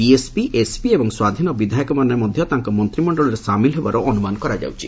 BSP SP ଏବଂ ସ୍ୱାଧୀନ ବିଧାୟକମାନେ ମଧ୍ୟ ମନ୍ତ୍ରିମଣ୍ଡଳରେ ସାମିଲ ହେବାର ଅନ୍ତମାନ କରାଯାଉଛି